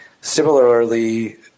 Similarly